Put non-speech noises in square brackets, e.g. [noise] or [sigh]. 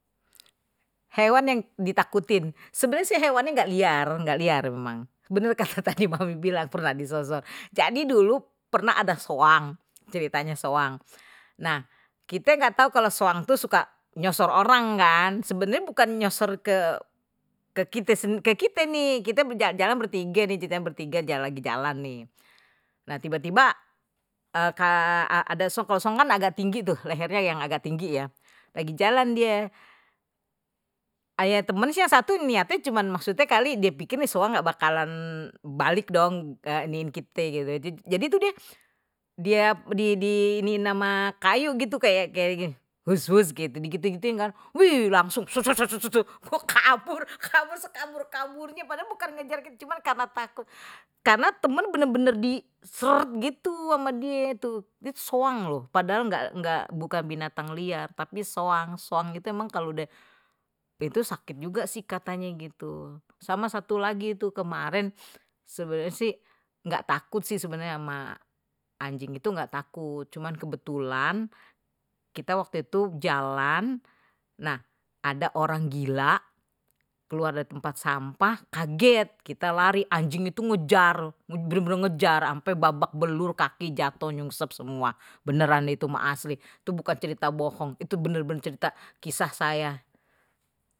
Hewan yang ditakutin sebenernya hewannya nggak liar, nggak liar memang bener kata tadi mami bilang pernah jadi dulu pernah ada soang ceritanya soang nah kita nggak tahu kalau soang tuh suka nyosor orang kan sebenernya bukan nyosor ke kita ini kita jalan bertiga nih ceritanya bertige jalan lagi jalan nih, nah tiba-tiba ada sok kosong kan agak tinggi tuh lehernya yang agak tinggi ya lagi jalan dia, kayak teman sih yang satu niatnya cuman maksudnya kali dia pikir nih soalnya enggak bakalan balik dong kayak iniin kita gitu jadi itu dia di ini ama kayu gitu. [hesitation] langsung [hesitation] gue kabur sekabur kaburnye, padahal bukan ngejar, cuma karena takut. karena teman benar-benar di [hesitation] gitu ama dia itu soang loh, padahal nggak nggak bukan binatang liar tapi soang soang itu emang kalau udah itu sakit juga sih, katanya gitu sama satu lagi itu kemarin sih nggak takut sih sebenarnya sama anjing itu nggak takut cuma kebetulan, kita waktu itu jalan nah ada orang gila keluar dari tempat sampah, kaget kita lari anjing itu ngejar benar-benar ngejar sampai babak belur kaki jatuh nyungsep semua beneran itu mah asli itu bukan cerita bohong itu benar-benar cerita kisah saya.